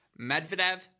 Medvedev